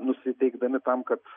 nusiteikdami tam kad